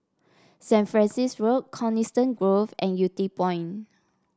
Saint Francis Road Coniston Grove and Yew Tee Point